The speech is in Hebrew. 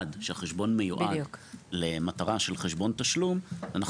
חשבון מיועד למטרה של חשבון תשלום אנחנו